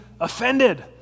offended